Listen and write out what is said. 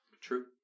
True